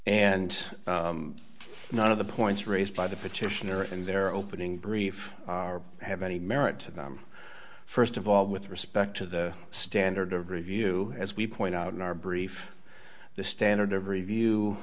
and none of the points raised by the petitioner in their opening brief have any merit to them st of all with respect to the standard of review as we point out in our brief the standard of review